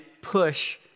push